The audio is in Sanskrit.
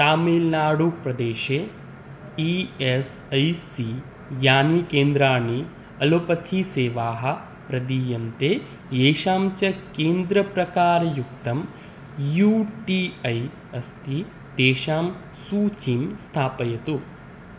तमिल्नाडुप्रदेशे ई एस् ऐ सी यानि केन्द्राणि अलोपथीसेवाः प्रदीयन्ते येषां च केन्द्रप्रकारयुक्तं यू टी ऐ अस्ति तेषां सूचीं स्थापयतु